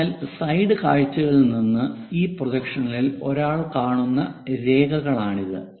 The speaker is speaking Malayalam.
അതിനാൽ സൈഡ് കാഴ്ചകളിൽ നിന്ന് ഈ പ്രൊജക്ഷനിൽ ഒരാൾ കാണുന്ന രേഖകളാണിത്